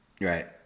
Right